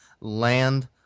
Land